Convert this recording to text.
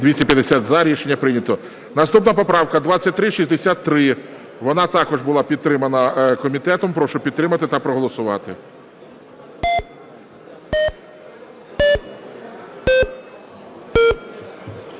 Наступна поправка 2374. Вона також була підтримана комітетом. Прошу підтримати та проголосувати.